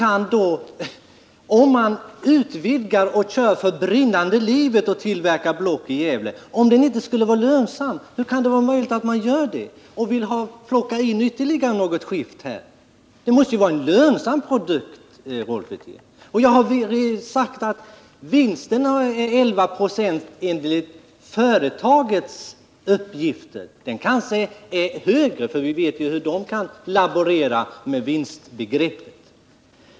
Om företaget utvidgar och kör för brinnande livet med sin tillverkning av block i Gävle, hur kan det då vara möjligt att produkten inte skulle vara lönsam? Den måste ju vara Jag har sagt att vinsten är 11 96 enligt företagets uppgifter. Och den kanske är större, för vi vet ju hur företagen kan laborera med vinstbegreppet.